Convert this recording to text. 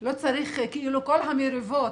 לא צריך כל המריבות